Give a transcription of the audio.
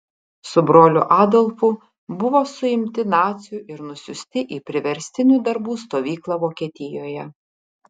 su broliu adolfu buvo suimti nacių ir nusiųsti į priverstinių darbų stovyklą vokietijoje